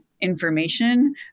information